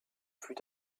fut